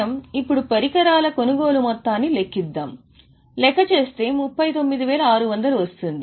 మనం ఇప్పుడు పరికరాల కొనుగోలు మొత్తాన్ని లెక్కిద్దాం లెక్క చేస్తే 39600 వస్తుంది